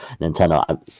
Nintendo